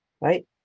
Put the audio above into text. right